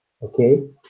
Okay